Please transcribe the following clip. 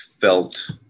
felt